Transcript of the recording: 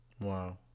Wow